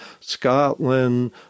Scotland